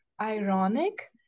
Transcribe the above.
ironic